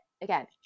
again